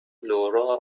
لورا